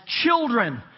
children